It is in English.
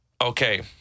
Okay